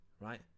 right